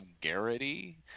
Garrity